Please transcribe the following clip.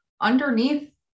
underneath